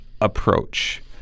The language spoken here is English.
approach